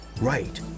Right